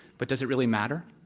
but does it really matter?